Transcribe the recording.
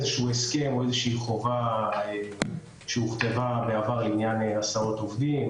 אין איזשהו הסכם או איזושהי חובה שהוכתבה בעבר לעניין הסעות עובדים